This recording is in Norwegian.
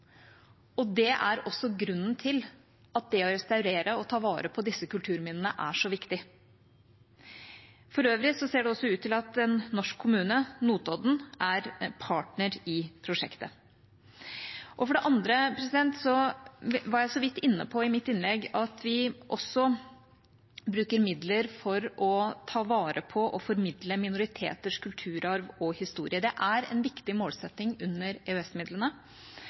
og det er også grunnen til at det å restaurere og ta vare på disse kulturminnene er så viktig. For øvrig ser det også ut til at en norsk kommune, Notodden, er partner i prosjektet. For det andre var jeg i mitt innlegg så vidt inne på at vi også bruker midler for å ta vare på og formidle minoriteters kulturarv og historie. Det er en viktig målsetting under